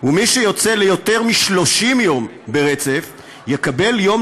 ומי שיוצא ליותר מ-30 יום ברצף יקבל יום